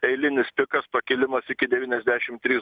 eilinis pikas pakilimas iki devyniasdešim trys